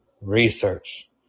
research